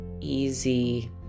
easy